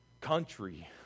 country